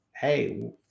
Hey